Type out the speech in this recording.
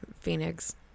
Phoenix